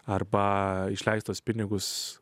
arba išleistus pinigus